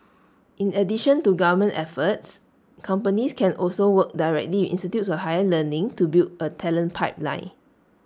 in addition to government efforts companies can also work directly institutes of higher learning to build A talent pipeline